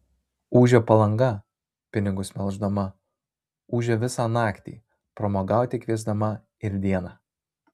ūžia palanga pinigus melždama ūžia visą naktį pramogauti kviesdama ir dieną